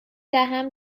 دهم